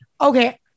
okay